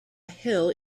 hill